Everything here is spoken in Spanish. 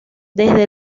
desde